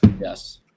Yes